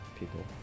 people